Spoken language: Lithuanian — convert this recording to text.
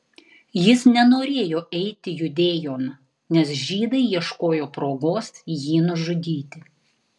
jis nenorėjo eiti judėjon nes žydai ieškojo progos jį nužudyti